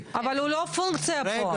אבל הוא לא פונקציה פה.